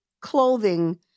clothing